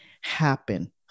happen